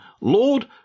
Lord